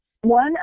One